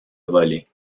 volée